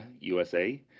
usa